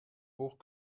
hoch